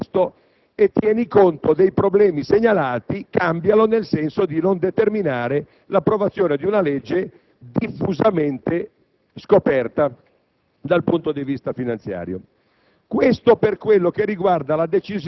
in maniera piuttosto piana - tieni conto dei problemi segnalati e cambialo nel senso di non determinare l'approvazione di una legge diffusamente scoperta dal punto di vista finanziario.